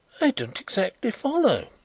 i don't exactly follow,